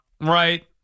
Right